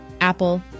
Apple